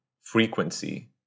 frequency